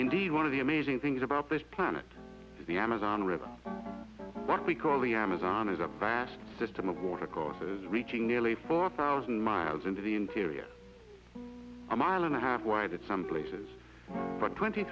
indeed one of the amazing things about this planet is the amazon river what we call the amazon is a vast system of water courses reaching nearly four thousand miles into the interior a mile and a half wide some places for twenty